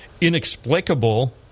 inexplicable